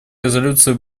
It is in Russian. резолюции